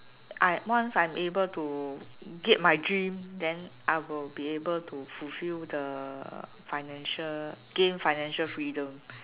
I once I able to get my dream then I will be able to fulfill the financial gain financial freedom